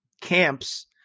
camps